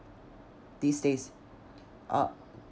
these day uh